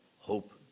hope